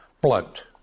Blunt